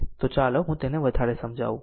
તો ચાલો હું તેને વધારે સમજાવું